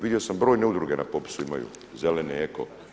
Vidio sam brojne udruge na popisu imaju zelene, eko.